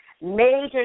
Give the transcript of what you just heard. major